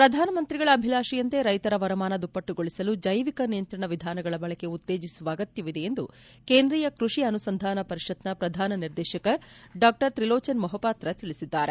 ಪ್ರಧಾನಮಂತ್ರಿಗಳ ಅಭಿಲಾಶೆಯಂತೆ ರೈತರ ವರಮಾನ ದುಪ್ಪಟ್ಟುಗೊಳಿಸಲು ಜೈವಿಕ ನಿಯಂತ್ರಣ ವಿಧಾನಗಳ ಬಳಕೆ ಉತ್ತೇಜಿಸುವ ಅಗತ್ಯವಿದೆ ಎಂದು ಕೇಂದ್ರೀಯ ಕೃಷಿ ಅನುಸಂಧಾನ ಪರಿಷತ್ನ ಪ್ರಧಾನ ನಿರ್ದೇಶಕ ಡಾತ್ರಿಲೋಚನ್ ಮೊಪಪಾತ್ರ ತಿಳಿಸಿದ್ದಾರೆ